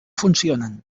funcionen